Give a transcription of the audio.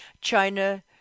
China